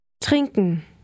Trinken